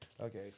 Okay